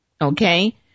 okay